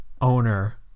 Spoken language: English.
owner